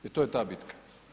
I to je ta bitka.